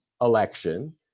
election